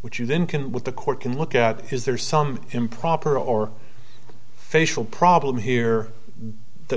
which you then can with the court can look at is there some improper or facial problem here that